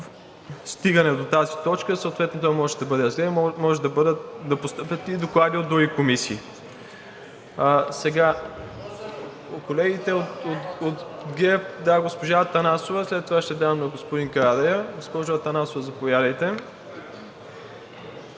стигне до тази точка, съответно той може да бъде разгледан, може да постъпят и доклади от други комисии. Колегите от ГЕРБ – госпожа Атанасова, след това ще дам думата на господин Карадайъ. Госпожо Атанасова, заповядайте.